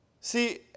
See